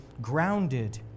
grounded